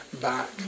back